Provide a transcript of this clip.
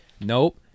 Nope